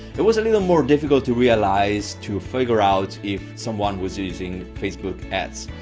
it was a little more difficult to realize to figure out if someone was using facebook ads.